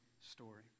story